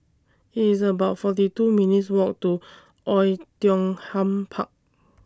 IT IS about forty two minutes' Walk to Oei Tiong Ham Park